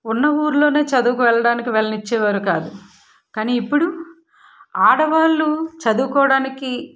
ఉన్న ఊరిలో చదువుకు వెళ్ళడానికి వెళ్ళ నిచ్చేవారు కాదు కానీ ఇప్పుడు ఆడవాళ్ళు చదువుకోవడానికి